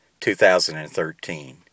2013